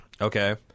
Okay